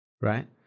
right